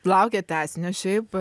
laukia tęsinio šiaip